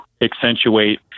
accentuate